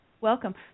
Welcome